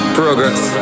progress